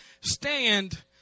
stand